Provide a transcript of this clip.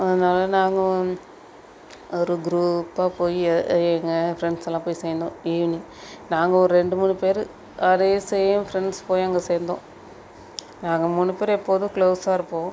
அதனால் நாங்கள் ஒரு குரூப்பாக போய் எ எங்கள் ஃப்ரெண்ட்ஸெல்லாம் போய் சேர்ந்தோம் ஈவினிங் நாங்கள் ஒரு ரெண்டு மூணு பேர் அதே சேம் ஃப்ரெண்ட்ஸ் போய் அங்கே சேர்ந்தோம் நாங்கள் மூணு பேர் எப்போதும் க்ளோஸாக இருப்போம்